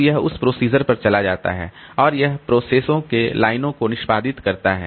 तो यह उस प्रोसीजर पर चला जाता है और यह प्रोसेसओं के लाइनों को निष्पादित करता है